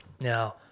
now